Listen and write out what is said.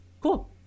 cool